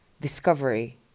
discovery